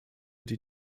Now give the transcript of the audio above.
die